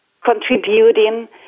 contributing